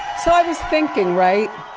so i was thinking, right,